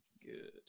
Good